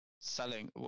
selling